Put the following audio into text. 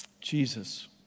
Jesus